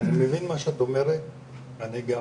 אני מבין מה שאת אומרת אני גם